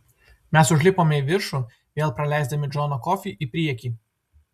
mes užlipome į viršų vėl praleisdami džoną kofį į priekį